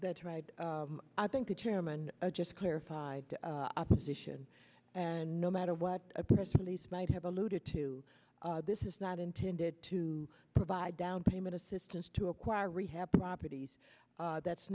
that's right i think the chairman just clarified opposition and no matter what a press release might have alluded to this is not intended to provide downpayment assistance to acquire rehab properties that's